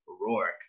Rourke